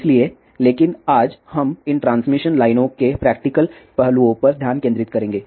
इसलिए लेकिन आज हम इन ट्रांसमिशन लाइनों के प्रैक्टिकल पहलुओं पर ध्यान केंद्रित करेंगे